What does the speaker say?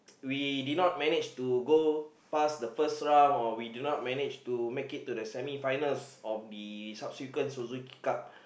we did not manage to go past the first round or we do not manage to make it to the semi finals or the subsequent Suzuki-Cup